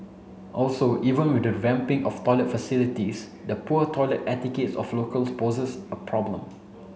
also even with the of toilet facilities the poor toilet etiquette of locals poses a problem